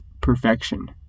perfection